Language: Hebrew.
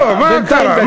לא, מה קרה?